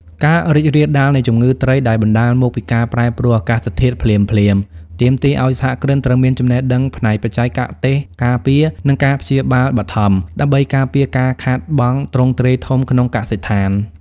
ការរីករាលដាលនៃជំងឺត្រីដែលបណ្ដាលមកពីការប្រែប្រួលអាកាសធាតុភ្លាមៗ ទាមទារឱ្យសហគ្រិនត្រូវមានចំណេះដឹងផ្នែកបច្ចេកទេសការពារ និងការព្យាបាលបឋម ដើម្បីការពារការខាតបង់ទ្រង់ទ្រាយធំក្នុងកសិដ្ឋាន។